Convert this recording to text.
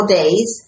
days